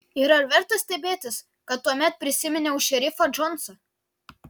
ir ar verta stebėtis kad tuomet prisiminiau šerifą džonsą